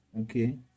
Okay